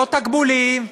לא תגמולים,